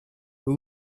who